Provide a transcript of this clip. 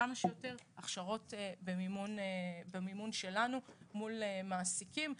כמה שיותר הכשרות במימון שלנו מול מעסיקים.